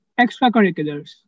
extracurriculars